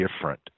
different